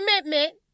commitment